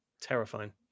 terrifying